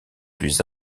plus